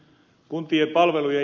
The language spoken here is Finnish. niin kuin ed